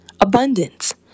Abundance